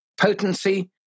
potency